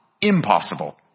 impossible